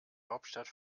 hauptstadt